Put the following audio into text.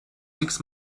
six